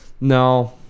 no